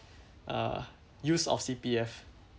uh use of C_P_F